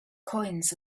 coins